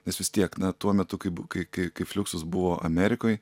nes vis tiek na tuo metu kai bu kai kai kai fliuksus buvo amerikoj